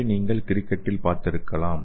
இதை நீங்கள் கிரிக்கெட்டில் பார்த்திருக்கலாம்